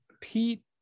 pete